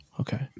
Okay